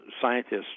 scientists